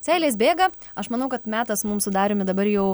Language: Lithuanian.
seilės bėga aš manau kad metas mums su dariumi dabar jau